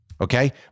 Okay